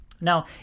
Now